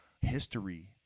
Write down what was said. History